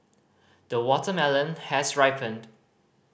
the watermelon has ripened